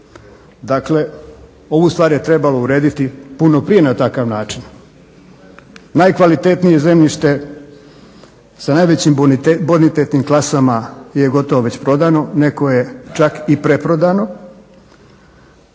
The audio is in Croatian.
Dakle, ovu stvar je trebalo urediti puno prije na takav način. Najkvalitetnije zemljište sa najvećim bonitetnim klasama je gotovo već prodano, neko je čak i preprodano.